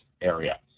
area